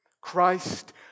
Christ